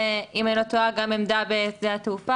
אם אני לא טועה יש גם עמדה בשדה התעופה.